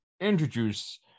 introduce